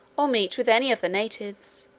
or meet with any of the natives,